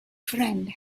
friend